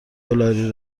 دلاری